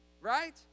right